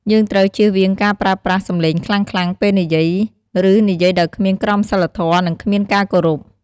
យើងត្រូវជៀសវាងការប្រើប្រាស់សម្លេងខ្លាំងៗពេលនិយាយ ឬនិយាយដោយគ្មានក្រមសីលធម៌ និងគ្មានការគោរព។